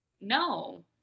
no